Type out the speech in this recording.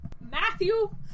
Matthew